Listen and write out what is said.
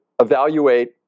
evaluate